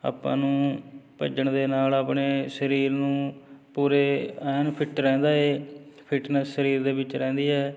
ਆਪਾਂ ਨੂੰ ਭੱਜਣ ਦੇ ਨਾਲ ਆਪਣੇ ਸਰੀਰ ਨੂੰ ਪੂਰੇ ਐਨ ਫਿਟ ਰਹਿੰਦਾ ਹੈ ਫਿਟਨੈਸ ਸਰੀਰ ਦੇ ਵਿੱਚ ਰਹਿੰਦੀ ਹੈ